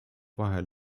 vahel